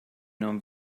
non